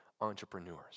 entrepreneurs